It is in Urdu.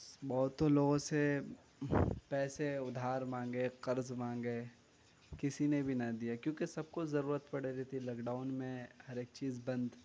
بہتوں لوگوں سے پیسے ادھار مانگے قرض مانگے کسی نے بھی نہ دیا کیوں کہ سب کو ضرورت پڑ رہى تھى لاک ڈاؤن ميں ہر ايک چيز بند